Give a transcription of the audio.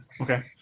Okay